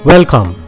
Welcome